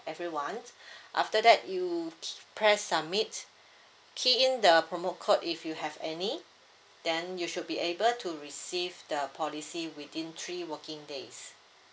everyone after that you ke~ press submit key in the promo code if you have any then you should be able to receive the policy within three working days